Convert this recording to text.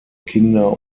kinder